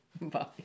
bye